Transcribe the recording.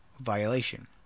Violation